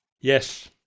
Yes